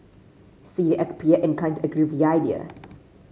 see at appear inclined to agree the idea